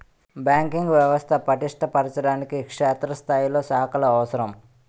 banking వ్యవస్థ పటిష్ట పరచడానికి క్షేత్రస్థాయిలో శాఖలు అవసరం